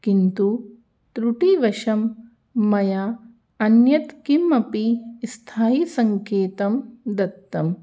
किन्तु त्रुटिवशं मया अन्यत् किमपि स्थायीसङ्केतं दत्तम्